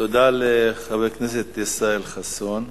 תודה לחבר הכנסת ישראל חסון.